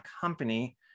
company